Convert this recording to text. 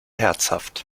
herzhaft